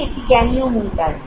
এটি জ্ঞানীয় মূল্যায়ন